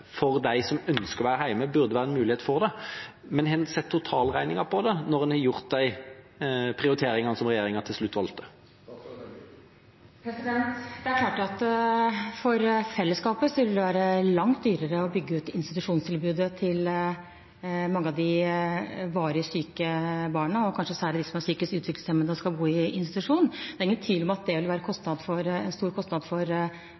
når en har gjort de prioriteringene som regjeringa til slutt valgte? Det er klart at for fellesskapet vil det være langt dyrere å bygge ut institusjonstilbudet til mange av de varig syke barna, og kanskje særlig til dem som er psykisk utviklingshemmet og skal bo i institusjon. Det er ingen tvil om at det vil være en stor kostnad for